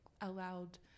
allowed